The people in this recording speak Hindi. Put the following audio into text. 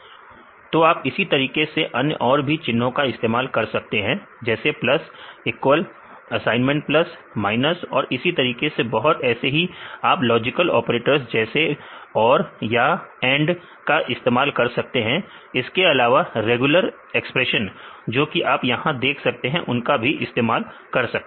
24 तो आप इसी तरीके के अन्य और भी चिन्हों का इस्तेमाल कर सकते हैं जैसे plus equal assignment plus minus और इसी तरीके से बहुत ऐसे ही आप लॉजिकल ऑपरेटर्स जैसे और या फिर एंड का इस्तेमाल कर सकते हैं इसके अलावा रेगुलर एक्सप्रेशन जो कि आप यहां पर देख सकते हैं उनका भी इस्तेमाल कर सकते हैं